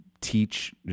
teach